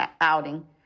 outing